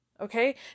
okay